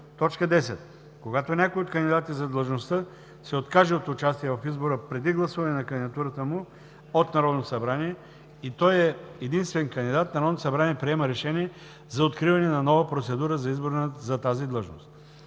избор. 10. Когато някой от кандидатите за длъжността се откаже от участие в избора преди гласуване на кандидатурата му от Народното събрание, и той е единствен кандидат, Народното събрание приема решение за откриване на нова процедура за избор за тази длъжност.